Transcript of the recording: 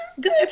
good